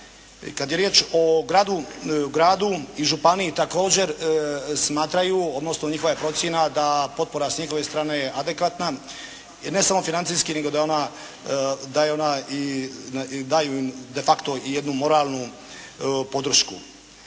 Kada je riječ o gradu, gradu i županiji također smatraju, odnosno njihova je procjena da potpora s njihove strane je adekvatna, ne samo financijski nego da je ona, da je ona i daju im de facto i jednu moralnu podršku.